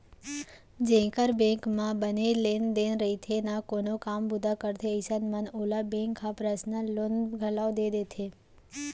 जेकर बेंक म बने लेन देन रइथे ना कोनो काम बूता करथे अइसन म ओला बेंक ह पर्सनल लोन घलौ दे देथे